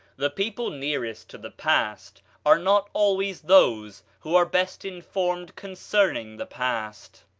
the people nearest to the past are not always those who are best informed concerning the past.